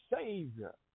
Savior